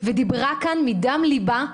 ודיברה כאן מדם ליבה.